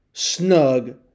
snug